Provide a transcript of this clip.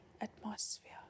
atmosphere